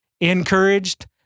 encouraged